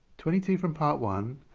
twenty two from part one